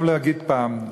טוב להגיד פעם אחת,